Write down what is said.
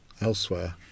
elsewhere